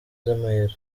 z’amayero